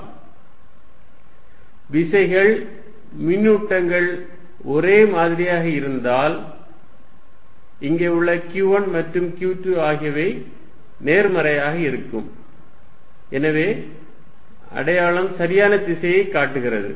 F1 14π0q1q2r122r21 விசைகள் மின்னூட்டங்கள் ஒரே மாதிரியாக இருந்தால் இங்கே உள்ள q1 மற்றும் q2 ஆகியவை நேர்மறையாக இருக்கும் எனவே அடையாளம் சரியான திசையை காட்டுகிறது